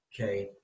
okay